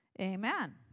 Amen